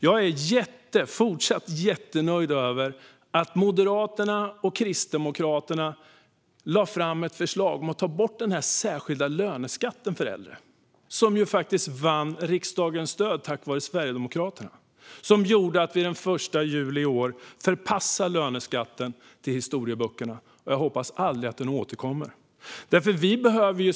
Jag är fortfarande jättenöjd med att Moderaterna och Kristdemokraterna lade fram ett förslag om att ta bort den särskilda löneskatten för äldre, och förslaget vann riksdagens stöd tack vare Sverigedemokraterna. Den 1 juli i år förpassades den särskilda löneskatten till historieböckerna, och jag hoppas att den aldrig återkommer.